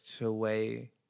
away